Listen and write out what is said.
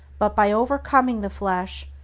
but, by overcoming the flesh,